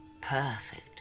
perfect